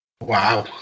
wow